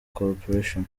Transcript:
corporation